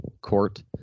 court